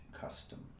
customs